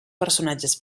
personatges